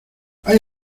hay